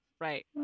Right